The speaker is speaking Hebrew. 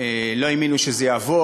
ולא האמינו שזה יעבור.